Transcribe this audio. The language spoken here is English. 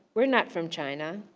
we're not from china.